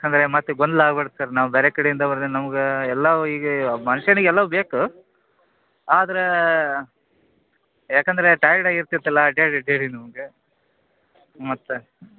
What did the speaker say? ಯಾಕಂದರೆ ಮತ್ತು ಗೊಂದಲ ಆಗ್ಬಾರ್ದು ಸರ್ ನಾವು ಬೇರೆ ಕಡೆಯಿಂದ ಬರ್ತೀವಿ ನಮ್ಗೆ ಎಲ್ಲವೂ ಈಗ ಮನುಷ್ಯನಿಗ್ ಎಲ್ಲವು ಬೇಕು ಆದರೆ ಯಾಕಂದರೆ ಟೈಯರ್ಡ್ ಆಗಿರ್ತದಲ್ಲ ಅಡ್ಡಾಡಿ ಅಡ್ಡಾಡಿ ನಮ್ಗೆ ಮತ್ತು